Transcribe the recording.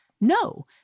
No